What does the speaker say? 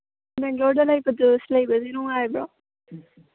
ꯕꯦꯡꯂꯣꯔꯗ ꯂꯩꯕꯁꯦ ꯅꯨꯡꯉꯥꯏꯕ꯭ꯔꯣ